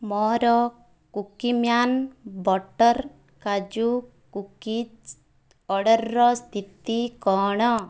ମୋର Cookie Man butter କାଜୁ cookies ଅର୍ଡ଼ର୍ର ସ୍ଥିତି କ'ଣ